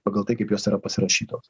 pagal tai kaip jos yra pasirašytos